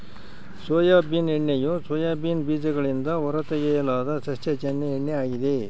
soybean ಎಣ್ಣೆಯು soybean ಬೀಜಗಳಿಂದ ಹೊರತೆಗೆಯಲಾದ ಸಸ್ಯಜನ್ಯ ಎಣ್ಣೆ ಆಗಿದೆ